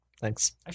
Thanks